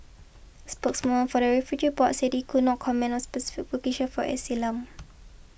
spokeswoman for the refugee board said it could not comment on specific for asylum